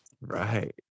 Right